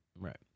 Right